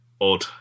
odd